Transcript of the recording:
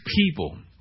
people